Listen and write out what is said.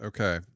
Okay